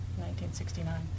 1969